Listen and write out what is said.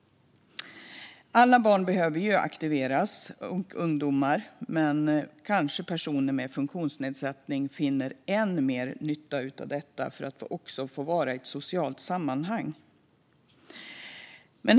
Alla barn och ungdomar behöver aktiveras, och kanske får personer med funktionsnedsättningar än mer nytta av detta eftersom de får delta i ett socialt sammanhang.